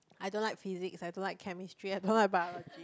I don't like physics I don't like chemistry I don't like biology